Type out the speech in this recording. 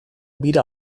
bira